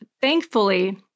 thankfully